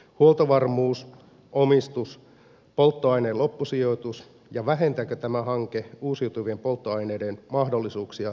huoltovarmuus omistus polttoaineen loppusijoitus ja se vähentääkö tämä hanke uusiutuvien polttoaineiden mahdollisuuksia tulevaisuudessa